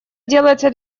делается